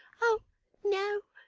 oh no,